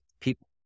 People